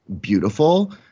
beautiful